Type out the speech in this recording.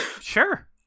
Sure